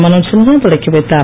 மனோத் சின்ஹா தொடக்கி வைத்தார்